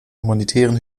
humanitären